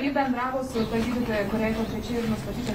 ji bendravo su ta gydytoja kuriai konkrečiai ir nustatytas